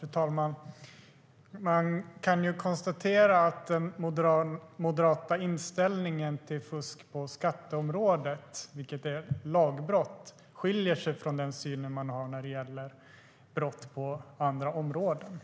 Fru talman! Man kan konstatera att den moderata inställningen till fusk på skatteområdet, vilket är ett lagbrott, skiljer sig från den moderata synen på brott på andra områden.